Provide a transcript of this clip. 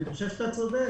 פלג: אני חושב שאתה צודק.